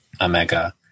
Omega